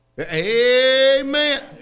Amen